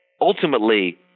Ultimately